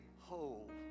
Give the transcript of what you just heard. whole